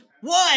One